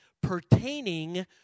pertaining